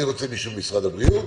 אני רוצה מישהו ממשרד הבריאות,